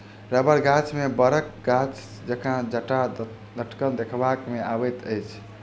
रबड़ गाछ मे बड़क गाछ जकाँ जटा लटकल देखबा मे अबैत अछि